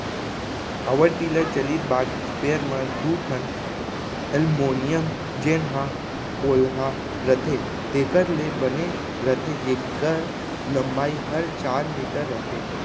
power tiller चलित बाग sprayer म दू ठन एलमोनियम जेन ह पोलहा रथे तेकर ले बने रथे जेकर लंबाई हर चार मीटर रथे